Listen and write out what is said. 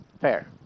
fair